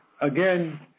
Again